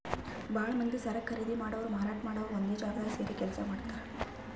ಭಾಳ್ ಮಂದಿ ಸರಕ್ ಖರೀದಿ ಮಾಡೋರು ಮಾರಾಟ್ ಮಾಡೋರು ಒಂದೇ ಜಾಗ್ದಾಗ್ ಸೇರಿ ಕೆಲ್ಸ ಮಾಡ್ತಾರ್